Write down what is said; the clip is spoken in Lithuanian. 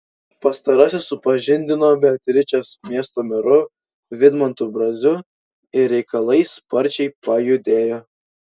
pastarasis supažindino beatričę su miesto meru vidmantu braziu ir reikalai sparčiai pajudėjo